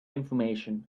information